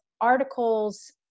articles